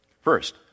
First